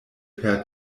per